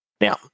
Now